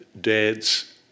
Dads